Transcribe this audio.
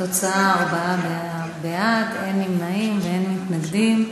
התוצאה: ארבעה בעד, אין נמנעים ואין מתנגדים.